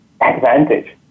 advantage